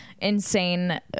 insane